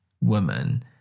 woman